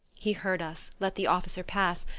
he heard us, let the officer pass,